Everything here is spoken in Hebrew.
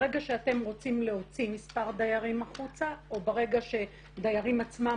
ברגע שאתם רוצים להוציא מספר דיירים החוצה או ברגע שדיירים עצמם